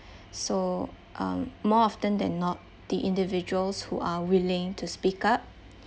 so um more often than not the individuals who are willing to speak up